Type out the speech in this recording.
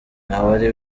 ntawari